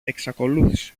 εξακολούθησε